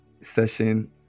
session